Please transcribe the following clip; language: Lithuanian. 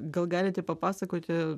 gal galite papasakoti